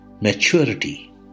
maturity